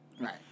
Right